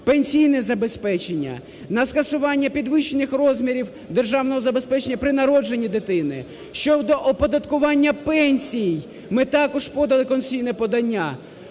пенсійне забезпечення, на скасування підвищених розмірів державного забезпечення при народженні дитини, щодо оподаткування пенсій, ми також подали конституційне подання.